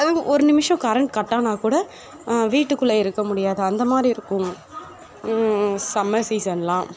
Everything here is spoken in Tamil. ஒரு நிமிஷம் கரண்ட் கட்டானல் கூட வீட்டுக்குள்ளே இருக்க முடியாது அந்தமாதிரி இருக்கும் சம்மர் சீசன்லாம்